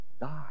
Die